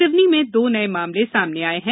सिवनी में दो नये मामले सामने आये हैं